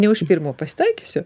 ne už pirmo pasitaikiusio